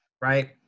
right